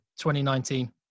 2019